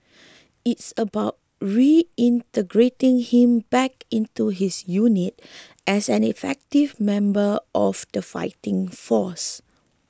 it's about reintegrating him back into his unit as an effective member of the fighting force